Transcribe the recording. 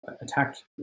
attacked